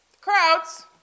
Crowds